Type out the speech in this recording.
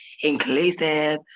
inclusive